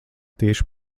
tieši